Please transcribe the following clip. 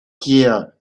year